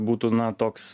būtų na toks